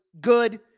good